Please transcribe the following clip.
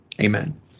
Amen